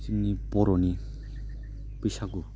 जोंनि बर'नि बैसागु